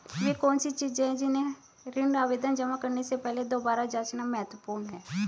वे कौन सी चीजें हैं जिन्हें ऋण आवेदन जमा करने से पहले दोबारा जांचना महत्वपूर्ण है?